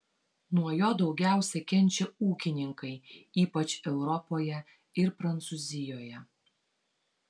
nuo jo daugiausiai kenčia ūkininkai ypač europoje ir prancūzijoje